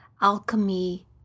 alchemy